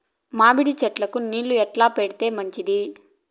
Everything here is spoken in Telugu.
మామిడి చెట్లకు నీళ్లు ఎట్లా పెడితే మంచిది?